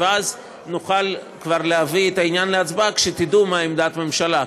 ואז נוכל כבר להביא את העניין להצבעה כשתדעו מה עמדת הממשלה.